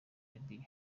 libya